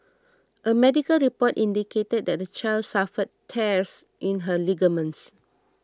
a medical report indicated that the child suffered tears in her ligaments